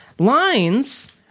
lines